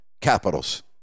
Capitals